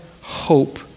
hope